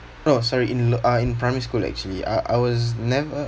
oh sorry in lo~ uh in primary school actually I I was never